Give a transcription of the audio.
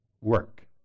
work